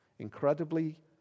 incredibly